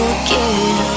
again